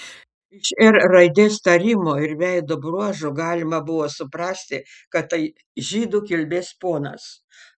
iš r raidės tarimo ir veido bruožų galima buvo suprasti kad tai žydų kilmės ponas